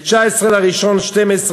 ב-19 בינואר 2012,